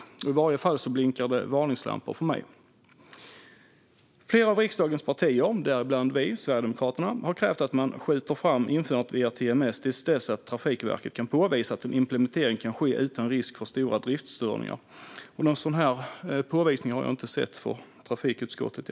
I varje fall blinkar det varningslampor för mig. Flera av riksdagens partier, däribland Sverigedemokraterna, har krävt att man skjuter fram införandet av ERTMS till dess att Trafikverket kan påvisa att en implementering kan ske utan risk för stora driftsstörningar. Men något sådant har i alla fall inte jag sett i trafikutskottet.